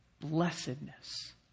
blessedness